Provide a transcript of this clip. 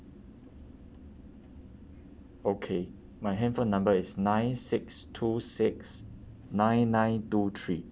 okay my handphone number is nine six two six nine nine two three